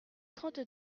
trente